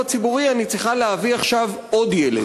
הציבורי אני צריכה להביא עכשיו עוד ילד,